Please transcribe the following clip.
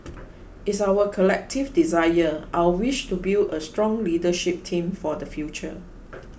it's our collective desire our wish to build a strong leadership team for the future